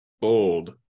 Bold